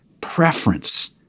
preference